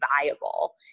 viable